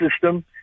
system